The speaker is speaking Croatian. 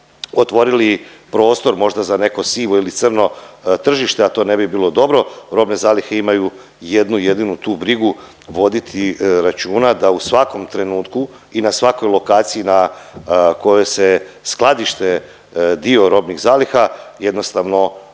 otvorili prostor možda za neko sivo ili crno tržište, a to ne bi bilo dobro. Robne zalihe imaju jednu jedinu tu brigu voditi računa da u svakom trenutku i na svakoj lokaciji na kojoj se skladište dio robnih zaliha jednostavno